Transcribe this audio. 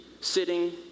sitting